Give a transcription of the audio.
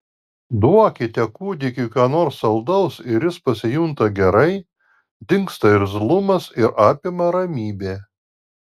duokite kūdikiui ką nors saldaus ir jis pasijunta gerai dingsta irzlumas ir apima ramybė